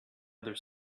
other